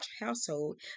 household